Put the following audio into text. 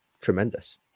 tremendous